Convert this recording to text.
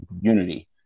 unity